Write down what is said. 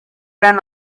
ran